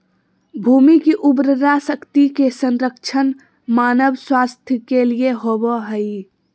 भूमि की उर्वरा शक्ति के संरक्षण मानव स्वास्थ्य के लिए होबो हइ